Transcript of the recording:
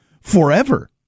forever